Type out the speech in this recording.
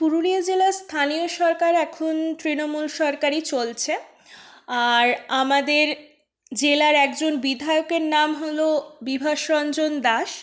পুরুলিয়া জেলায় স্থানীয় সরকার এখন তৃণমূল সরকারই চলছে আর আমাদের জেলার একজন বিধায়কের নাম হল বিভাস রঞ্জন দাস